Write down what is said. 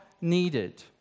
needed